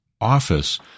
office